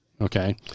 Okay